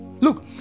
look